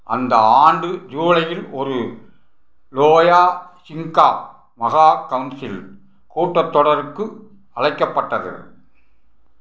அந்த ஆண்டு ஜூலையில் ஒரு லோயா ஜிங்கா மகா கவுன்சில் கூட்டத்தொடருக்கு அழைக்கப்பட்டது